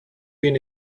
been